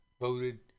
voted